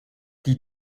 die